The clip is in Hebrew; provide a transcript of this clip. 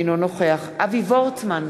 אינו נוכח אבי וורצמן,